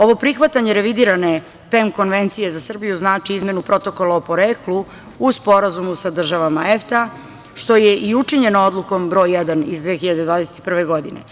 Ovo prihvatanje revidirane PEM konvencije za Srbiju znači izmenu protokola o poreklu u sporazumu sa državama EFTA, što je i učinjeno odlukom Broj 1 iz 2021. godine.